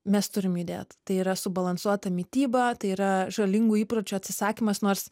mes turim judėt tai yra subalansuota mityba tai yra žalingų įpročių atsisakymas nors